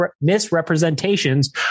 misrepresentations